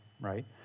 right